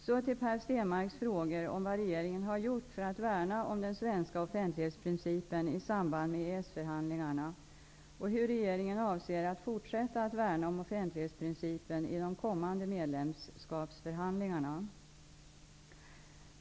Så till Per Stenmarcks frågor om vad regeringen har gjort för att värna om den svenska offentlighetsprincipen i samband med EES förhandlingarna och hur regeringen avser att fortsätta att värna om offentlighetsprincipen i de kommande medlemskapsförhandlingarna.